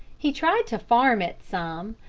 he tried to farm it some,